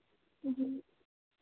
जी